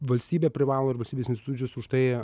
valstybė privalo ir valstybės institucijos už tai